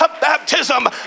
baptism